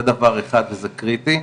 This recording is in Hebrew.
זה דבר אחד וזה קריטי.